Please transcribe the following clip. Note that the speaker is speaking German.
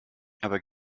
aber